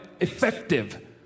effective